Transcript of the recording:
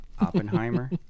Oppenheimer